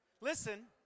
listen